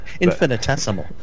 Infinitesimal